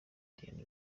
diane